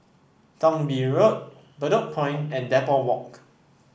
Thong Bee Road Bedok Point and Depot Walk